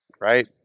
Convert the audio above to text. right